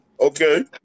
Okay